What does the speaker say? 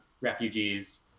refugees